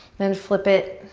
then flip it.